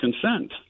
consent